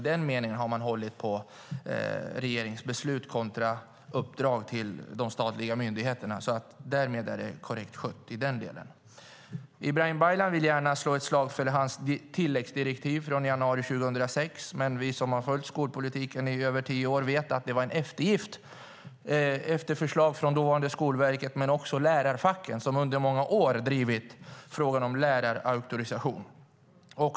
I den meningen har man hållit på regeringsbeslut kontra uppdrag till de statliga myndigheterna. Därmed är det korrekt skött i den delen. Ibrahim Baylan vill gärna slå ett slag för sitt tilläggsdirektiv från januari 2006. Men vi som har följt skolpolitiken i över tio år vet att det var en eftergift efter förslag från dåvarande Skolverket men också från lärarfacken som under många år drivit frågan om lärarauktorisation.